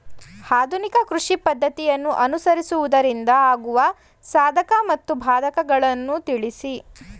ಆಧುನಿಕ ಕೃಷಿ ಪದ್ದತಿಯನ್ನು ಅನುಸರಿಸುವುದರಿಂದ ಆಗುವ ಸಾಧಕ ಮತ್ತು ಬಾಧಕಗಳನ್ನು ತಿಳಿಸಿ?